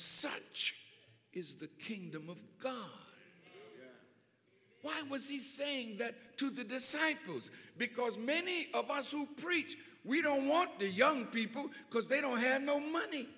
such is the kingdom of god why was he saying that to the disciples because many of us who preach we don't want the young people because they don't have no money